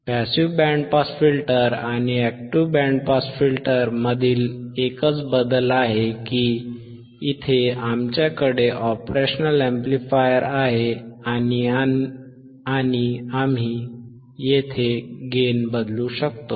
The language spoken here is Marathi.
पॅसिव्ह बँड पास फिल्टर आणि ऍक्टिव्ह बँड पास फिल्टर मधील एकच बदल हा आहे की इथे आमच्याकडे op amp आहे आणि आम्ही गेन बदलू शकतो